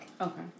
Okay